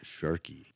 Sharky